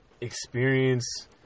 experience